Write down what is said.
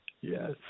Yes